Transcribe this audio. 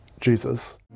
Jesus